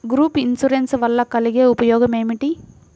Group insurance వలన కలిగే ఉపయోగమేమిటీ?